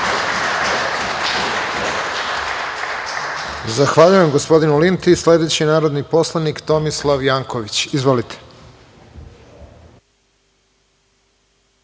Zahvaljujem gospodinu Linti. Sledeći narodni poslanik Tomislav Janković. Izvolite.